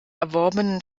erworbenen